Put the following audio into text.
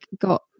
got